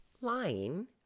lying